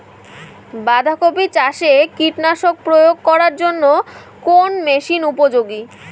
বাঁধা কপি চাষে কীটনাশক প্রয়োগ করার জন্য কোন মেশিন উপযোগী?